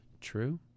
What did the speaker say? true